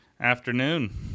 Afternoon